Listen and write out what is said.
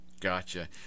Gotcha